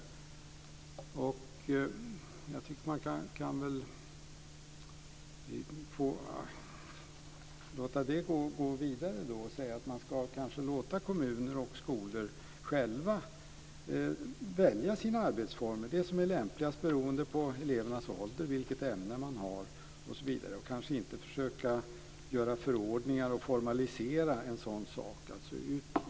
Jag tycker att man kan låta det gå vidare. Man kanske ska låta kommuner och skolor själva välja sina arbetsformer utifrån vad som är lämpligaste beroende på elevernas ålder, vilket ämne man har osv. Man ska kanske inte försöka göra förordningar och formalisera en sådan sak.